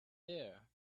there